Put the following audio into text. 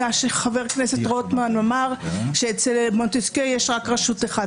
מה שחבר הכנסת רוטמן אמר שאצל מונטסקייה יש רק רשות אחת.